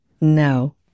No